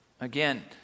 Again